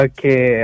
Okay